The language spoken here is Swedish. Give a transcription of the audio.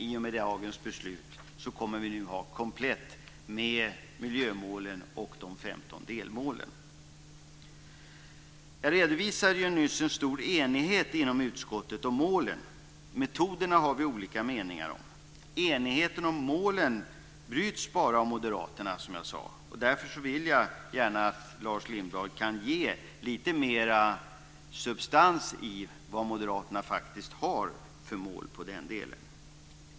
I och med dagens beslut kommer vi nu att ha miljömålen och de femton delmålen kompletta. Jag redovisade nyss en stor enighet inom utskottet om målen. Metoderna har vi olika meningar om. Enigheten om målen bryts bara av Moderaterna, som jag sade. Därför vill jag gärna att Lars Lindblad ger lite mer substans i vad Moderaterna har för förslag till mål i den delen.